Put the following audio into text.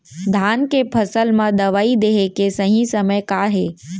धान के फसल मा दवई देहे के सही समय का हे?